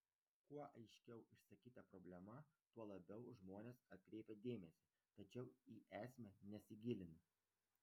kuo aiškiau išsakyta problema tuo labiau žmonės atkreipia dėmesį tačiau į esmę nesigilina